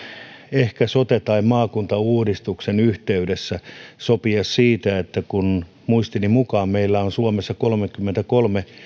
ehkä sote tai maakuntauudistuksen yhteydessä sopia siitä että kun muistini mukaan meillä on suomessa kolmekymmentäkolme